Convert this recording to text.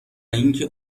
اینکه